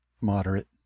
moderate